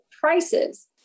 prices